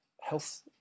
health